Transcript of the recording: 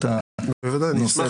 אני אשמח